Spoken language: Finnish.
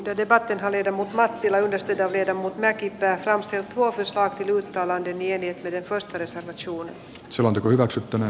työtä varten hallita mattila ilves pitää viedä mut mäkipää ramstedt vahvistaa kaavan mielipide toistensa suur savon hyväksyttävä